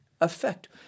effect